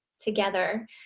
together